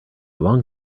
long